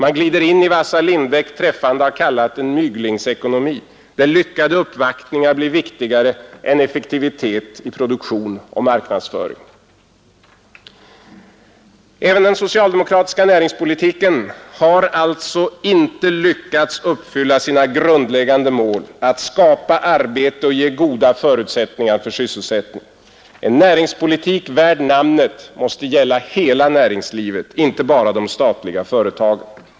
Man glider in i vad Assar Lindbeck träffande har kallat en ”myglingsekonomi”, där lyckade uppvaktningar blir viktigare än effektivitet i produktion och marknadsföring. Även den socialdemokratiska näringspolitiken har alltså inte lyckats fi uppfylla sina grundläggande mål: att skapa arbete och ge goda förutsättningar för sysselsättning. En näringspolitik värd namnet måste gälla hela näringslivet, inte bara de statliga företagen.